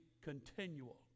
continual